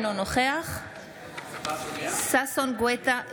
אינו נוכח ששון ששי גואטה,